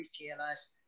retailers